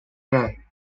day